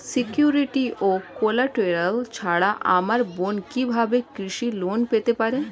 Security ও collateral ছাড়া আমার বোন কিভাবে কৃষি ঋন পেতে পারে?